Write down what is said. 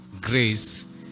grace